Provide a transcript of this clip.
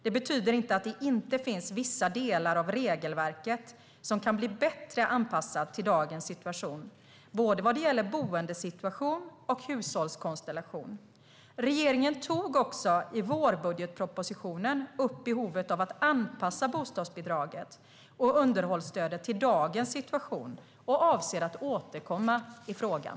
Det betyder inte att det inte finns vissa delar av regelverket som kan bli bättre anpassade till dagens situation vad gäller både boendesituation och hushållskonstellation. Regeringen tog också i vårbudgetpropositionen upp behovet av att anpassa bostadsbidraget och underhållsstödet till dagens situation och avser att återkomma i frågan.